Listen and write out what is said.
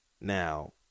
Now